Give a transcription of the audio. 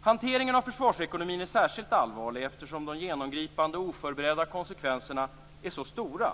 Hanteringen av försvarsekonomin är särskilt allvarlig, eftersom de genomgripande och oförberedda konsekvenserna är så stora.